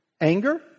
anger